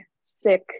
sick